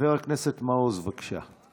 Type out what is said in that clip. חבר הכנסת מעוז, בבקשה.